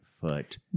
foot